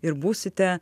ir būsite